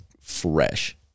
Fresh